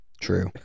True